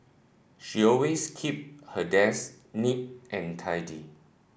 she always keep her desk neat and tidy